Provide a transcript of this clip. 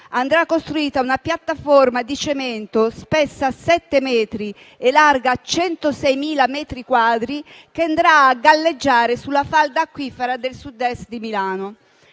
andrà costruita una piattaforma di cemento spessa sette metri e larga 106.000 metri quadri, che andrà a galleggiare sulla falda acquifera del Sud-Est di Milano.